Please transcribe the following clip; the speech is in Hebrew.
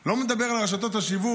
אני לא מדבר על רשתות השיווק.